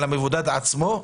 על המבודד עצמו,